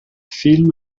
film